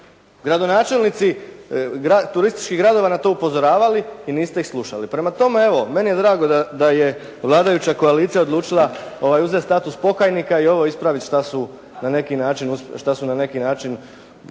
gradonačelnici turističkih gradova na to upozoravali i niste ih slušali. Prema tome evo, meni je drago da je vladajuća koalicija odlučila uzeti status pokajnika i ovo ispraviti šta su na neki način,